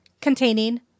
containing